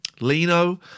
Lino